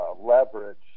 leverage